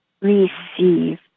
receive